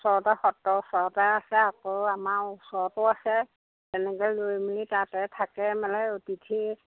ওচৰতে সত্ৰৰ ওচৰতে আছে আকৌ আমাৰ ওচৰতো আছে তেনেকৈ লৈ মেলি তাতে থাকে মেলে অতিথি